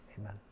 Amen